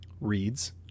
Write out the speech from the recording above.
Reads